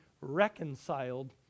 reconciled